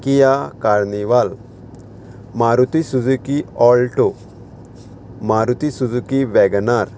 Kia carnival Maruti Suzuki Alto Maruti Suzuki Wagon R